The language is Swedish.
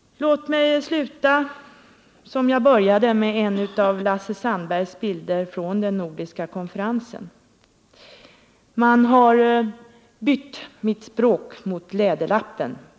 Låt mig sluta som jag började med en av Lasse Sandbergs bilder från den nordiska konferensen: ”Man har bytt ut mitt språk mot Läderlappen.